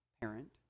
parent